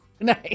nice